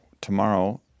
tomorrow